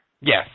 Yes